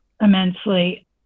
immensely